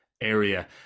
area